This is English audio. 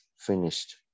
finished